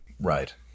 Right